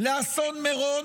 לאסון מירון,